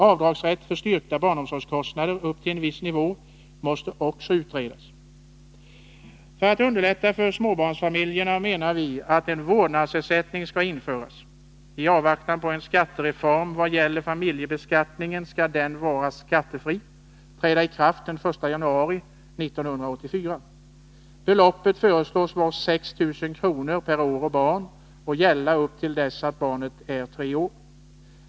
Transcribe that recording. Avdragsrätt för styrkta barnomsorgskostnader upp till en viss nivå måste också utredas. För att underlätta situationen för småbarnsfamiljerna menar vi att en vårdnadsersättning skall införas. I avvaktan på en skattereform vad gäller familjebeskattningen skall den vara skattefri och träda i kraft den 1 januari 1984. Beloppet föreslås vara 6 000 kr. per år och barn och gälla fram till dess att barnet är tre år.